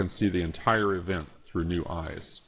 can see the entire event through new eyes